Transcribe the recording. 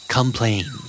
Complain